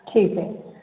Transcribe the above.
ठीक है